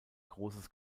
großes